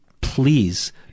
please